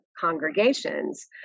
congregations